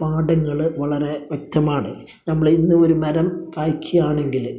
പാഠങ്ങൾ വളരെ വ്യക്തമാണ് നമ്മൾ ഇന്ന് ഒരു മരം കായ്ക്കുകയാണെങ്കില്